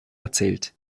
erzählt